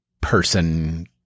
person